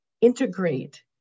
integrate